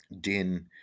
Din